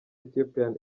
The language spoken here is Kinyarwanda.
ethiopian